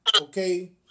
okay